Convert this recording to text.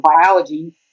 biology